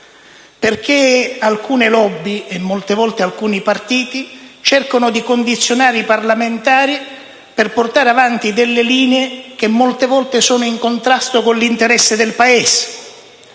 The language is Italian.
perché alcune *lobby*, e molte volte alcuni partiti, cercano di condizionare i parlamentari per portare avanti talune linee che molte volte sono in contrasto con l'interesse del Paese.